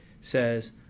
says